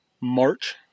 March